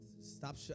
stop